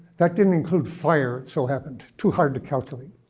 that didn't include fire, it so happened, too hard to calculate.